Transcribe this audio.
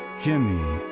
jimmy,